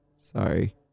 Sorry